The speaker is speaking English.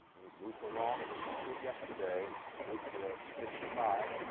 has moved along just as he did yesterday in route to a sixty-five.